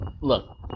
look